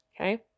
Okay